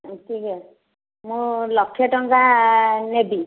ହଉ ଠିକ୍ ଅଛି ମୁଁ ଲକ୍ଷେ ଟଙ୍କା ନେବି